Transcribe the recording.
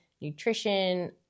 nutrition